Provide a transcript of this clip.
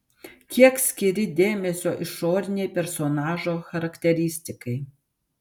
kiek skiri dėmesio išorinei personažo charakteristikai